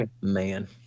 man